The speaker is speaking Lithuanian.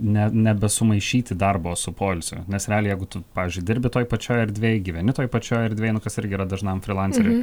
ne nebesumaišyti darbo su poilsiu nes realiai jeigu tu pavyzdžiui dirbi toj pačioj erdvėj gyveni toj pačioj erdvėj nu kas irgi yra dažnam frylanceriui